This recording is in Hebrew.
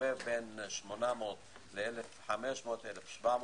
שמסתובב בין 800 ל-1,500, 1,800